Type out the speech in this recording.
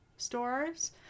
stores